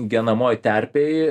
genamoj terpėj